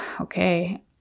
okay